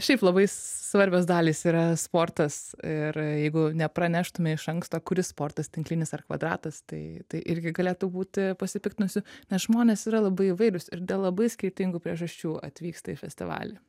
šiaip labai svarbios dalys yra sportas ir jeigu nepraneštume iš anksto kuris sportas tinklinis ar kvadratas tai tai irgi galėtų būti pasipiktinusių nes žmonės yra labai įvairūs ir dėl labai skirtingų priežasčių atvyksta į festivalį